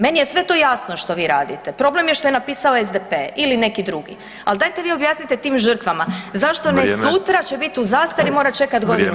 Meni je sve to jasno što vi radite, problem je što je napisao SDP ili neki drugi, ali dajte vi objasnite tim žrtvama [[Upadica Škoro: Vrijeme.]] zašto ne sutra jer će biti u zastari mora čekati godinu dana.